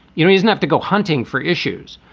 you know, he's not to go hunting for issues.